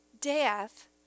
death